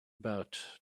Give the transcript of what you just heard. about